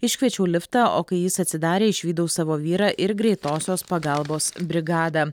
iškviečiau liftą o kai jis atsidarė išvydau savo vyrą ir greitosios pagalbos brigadą